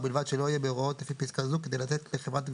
ובלבד שלא יהיה בהוראות לפי פסקה זו כדי לתת לחברת